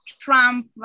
Trump